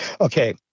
Okay